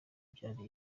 byari